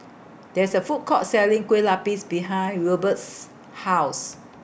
There IS A Food Court Selling Kueh Lapis behind Wilbert's House